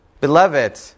Beloved